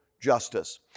justice